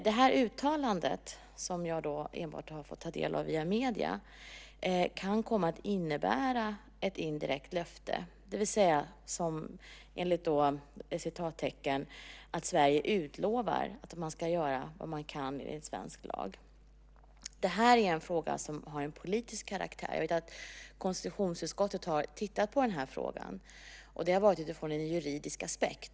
Det här uttalandet, som jag enbart har fått ta del av via medierna, kan komma att innebära ett indirekt löfte, det vill säga att Sverige utlovar att man ska göra vad man kan enligt svensk lag. Det här är en fråga som har en politisk karaktär. Jag vet att konstitutionsutskottet har tittat på den här frågan, och det har varit utifrån en juridisk aspekt.